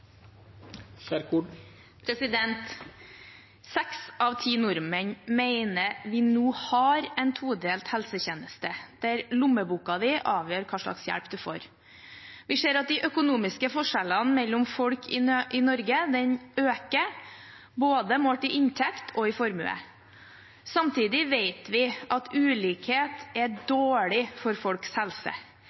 øker. Seks av ti nordmenn mener at vi nå har en todelt helsetjeneste, der lommeboken din avgjør hva slags hjelp man får. Vi ser at de økonomiske forskjellene mellom folk i Norge øker, målt i både inntekt og formue. Samtidig vet vi at ulikhet er dårlig for folks helse.